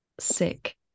sick